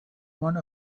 one